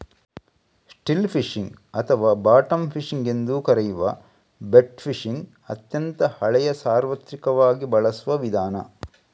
still fishing ಅಥವಾ bottom fishing ಎಂದೂ ಕರೆಯುವ ಬೆಟ್ ಫಿಶಿಂಗ್ ಅತ್ಯಂತ ಹಳೆಯ ಸಾರ್ವತ್ರಿಕವಾಗಿ ಬಳಸುವ ವಿಧಾನ